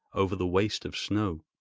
over the waste of snow.